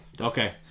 Okay